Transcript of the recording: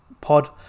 pod